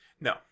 No